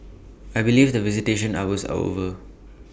I believe the visitation hours are over